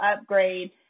upgrade